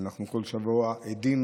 אנחנו כל שבוע עדים